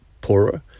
poorer